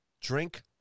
drink